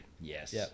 Yes